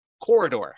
corridor